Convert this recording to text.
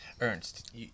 Ernst